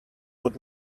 would